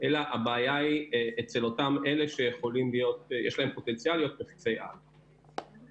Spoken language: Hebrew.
אלא הבעיה היא אצל אלה שיש להם את הפוטנציאל להיות מפיצי על.